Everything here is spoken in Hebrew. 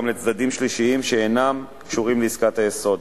לצדדים שלישיים שאינם קשורים לעסקת היסוד,